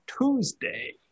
Tuesday